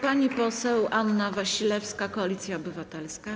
Pani poseł Anna Wasilewska, Koalicja Obywatelska.